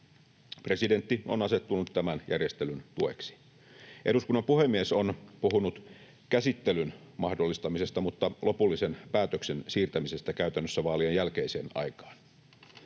Presidentti on asettunut tämän järjestelyn tueksi. Eduskunnan puhemies on puhunut käsittelyn mahdollistamisesta mutta lopullisen päätöksen siirtämisestä käytännössä vaalien jälkeiseen aikaan.